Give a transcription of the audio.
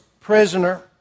prisoner